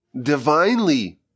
divinely